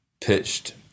pitched